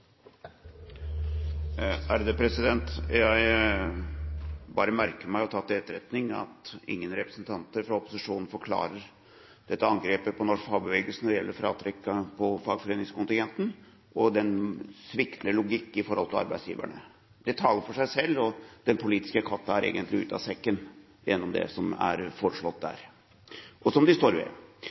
Jeg bare merker meg og tar til etterretning at ingen representanter fra opposisjonen forklarer dette angrepet på norsk fagbevegelse når det gjelder fratrekk av fagforeningskontingenten og den sviktende logikk med tanke på arbeidsgiverne – det taler for seg selv. Den politiske katt er egentlig ute av sekken gjennom det som er foreslått der, og som de står ved.